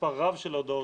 מספר רב של הודעות,